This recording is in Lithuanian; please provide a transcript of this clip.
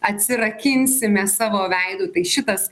atsirakinsime savo veidu tai šitas